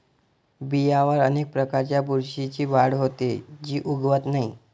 बियांवर अनेक प्रकारच्या बुरशीची वाढ होते, जी उगवत नाही